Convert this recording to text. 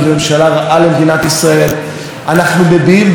אנחנו מביעים בהם אי-אמון כי הם פוגעים בעתידה של